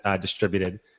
distributed